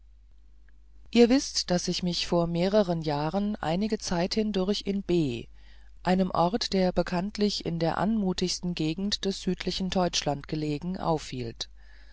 ihr wißt daß ich mich vor mehreren jahren einige zeit hindurch in b einem orte der bekanntlich in der unmutigsten gegend des südlichen teutschlands gelegen aufhielt